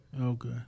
Okay